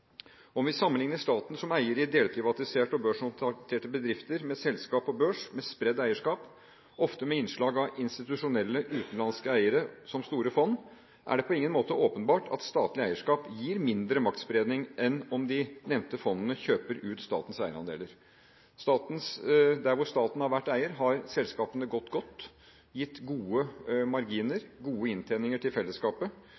Om vi sammenligner staten som eier i delprivatiserte og børsnoterte bedrifter med selskap på børs, med spredt eierskap, ofte med innslag av institusjonelle utenlandske eiere som store fond, er det på ingen måte åpenbart at statlig eierskap gir mindre maktspredning enn om de nevnte fondene kjøper ut statens eierandeler. Der hvor staten har vært eier, har selskapene gått godt, gitt gode